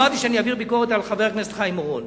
אמרתי שאעביר ביקורת על חבר הכנסת חיים אורון.